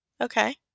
Okay